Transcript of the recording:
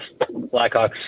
Blackhawks